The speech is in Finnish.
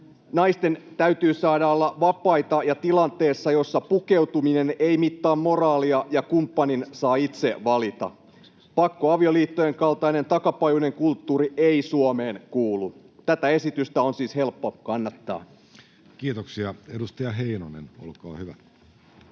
Naisten täytyy saada olla vapaita ja tilanteessa, jossa pukeutuminen ei mittaa moraalia ja kumppanin saa itse valita. Pakkoavioliittojen kaltainen takapajuinen kulttuuri ei Suomeen kuulu. Tätä esitystä on siis helppo kannattaa. Kiitoksia. — Edustaja Heinonen, olkaa hyvä.